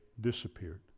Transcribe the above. disappeared